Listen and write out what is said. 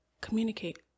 communicate